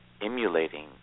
emulating